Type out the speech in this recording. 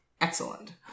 excellent